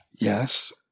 Yes